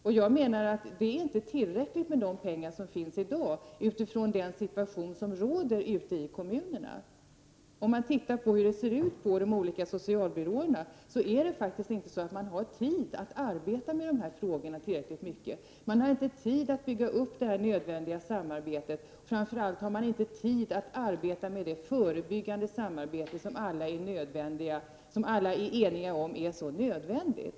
Jag menar att det inte är tillräckligt med de pengar som finns i dag, med tanke på den situation som råder ute i kommunerna. Tittar vi på hur det ser ut på de olika socialbyråerna, märker vi att de faktiskt inte har tid att arbeta tillräckligt mycket med de här frågorna. De har inte tid att bygga upp det nödvändiga samarbetet. Framför allt har de inte tid att arbeta med det förebyggande samarbete som alla är eniga om är så nödvändigt.